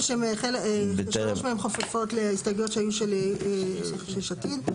שלוש מהן חופפות להסתייגויות של יש עתיד.